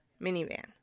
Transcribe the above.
minivan